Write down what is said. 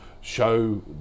show